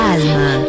Alma